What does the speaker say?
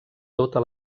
tota